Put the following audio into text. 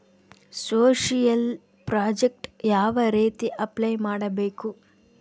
Social project ಯಾವ ರೇತಿ apply ಮಾಡಬೇಕು?